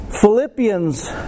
Philippians